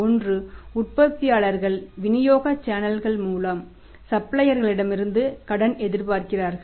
ஒன்று உற்பத்தியாளர்கள் விநியோக சேனல்கள் மூலம் சப்ளையர்களிடமிருந்து கடன் எதிர்பார்க்கிறார்கள்